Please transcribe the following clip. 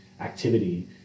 activity